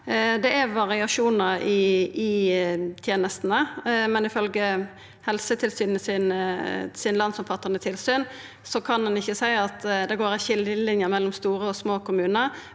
Det er variasjonar i tenestene – ifølgje Helsetilsynets landsomfattande tilsyn kan ein ikkje seia at det går ei skiljeline mellom store og små kommunar,